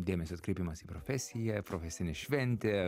dėmesio atkreipimas į profesiją profesinė šventė